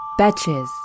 Betches